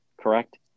correct